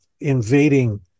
invading